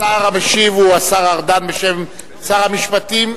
השר המשיב הוא השר ארדן, בשם שר המשפטים.